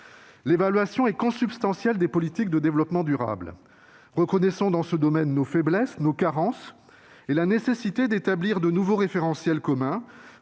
L'évaluation est consubstantielle des politiques de développement durable. Reconnaissons dans ce domaine nos faiblesses, nos carences et la nécessité d'établir de nouveaux référentiels communs